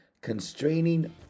Constraining